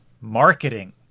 marketing